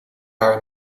waar